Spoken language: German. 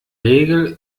regel